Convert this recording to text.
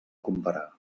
comparar